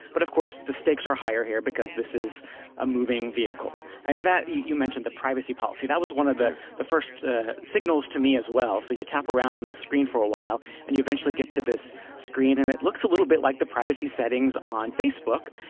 but of course the stakes are higher here because this is a moving vehicle. and and you you mentioned the privacy policy. that was one of the the first signals to me as well. so you tap around on the screen for a while, and you eventually get to this screen, and it looks a little bit like the privacy settings on facebook.